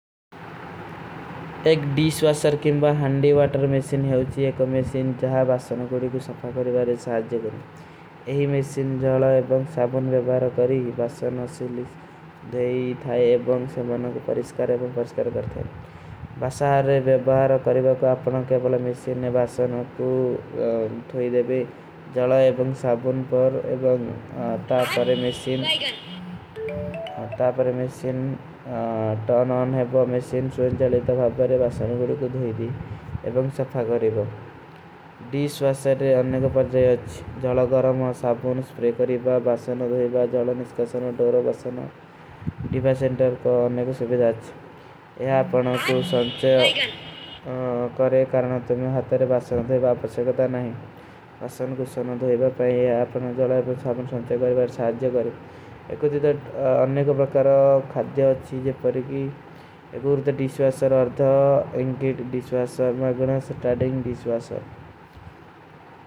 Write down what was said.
ଏକ ଡୀଶ୍ଵାସର କେଂବା ହଂଡୀ ଵାଟର ମେଶୀନ ହୈ। ଏକ ମେଶୀନ ଜହାଁ ବାସାନ କୋଡୀ କୋ ସଫା କରିଵାରେ ସାଜେ କରେଂ। ଏହୀ ମେଶୀନ ଜଲା ଏବଂଗ ସାବୁନ ଵେଵାର କରେଂ। ବାସାନ ଅସିଲିଷ ଧଈ ଥାଈ ଏବଂଗ ସେମନୋ କୋ ପରିଷକାର ଏବଂଗ ପରିଷକାର କରତେ ହୈ। ବାସାରେ ଵେଵାର କରିଵାର କୋ ଅପନା କେବଲେ ମେଶୀନ ନେ ବାସାନ କୋ ଥୋଈ ଦେଵେ। ଜଲା ଏବଂଗ ସାବୁନ ପର ଏବଂଗ ତାପରେ ମେଶୀନ ଟର୍ନ ଅନ ହୈ ବାସାନ କୋ ଦୋଈ ଦୀ ଏବଂଗ ସଫା କରେଂ। ଡୀଶ୍ଵାସର କେଂବା ହଂଡୀ କୋ ପରିଷକାର ହୈ। ଜଲା ଗରମ ସାବୁନ ପରିଷକାର କରେଂ। ବାସାନ କୋ ଦୋଈ ଦେଵେ। ଅପନା ଜଲା ଏବଂଗ ସାବୁନ ପରିଷକାର କରେଂ। ଏକୋ ଦିଦା ଅନନେ କୋ ପରିକାର ଖାଦ୍ଯା ହୋ ଚୀଜେ ପରିକୀ। ଏକୋ ଉର୍ଦା ଡୀଶ୍ଵାସର ଔର ଦା ଇଂକେଟ ଡୀଶ୍ଵାସର ମେଂ ଗୁଣା ସ୍ଟାଡିଂଗ ଡୀଶ୍ଵାସର।